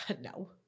No